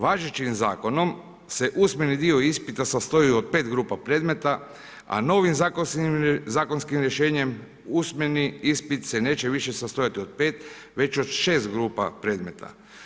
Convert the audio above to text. Važećim zakonom se usmeni dio ispita sastoji od 5 grupa predmeta a novim zakonskim rješenjem usmeni ispit se neće više sastojati od 5 već od 6 grupa predmeta.